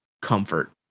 comfort